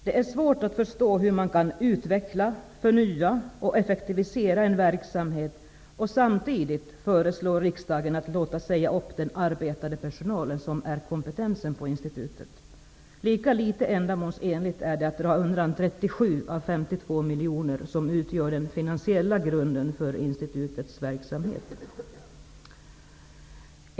Det är svårt att förstå hur man kan utveckla, förnya och effektivisera en verksamhet, samtidigt som man föreslår riksdagen att låta säga upp den arbetande personalen, som utgör kompetensen på institutet. Lika litet ändamålsenligt är det att dra undan 37 av de 52 miljoner som utgör den finansiella grunden för institutets verksamhet.